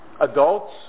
adults